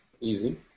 easy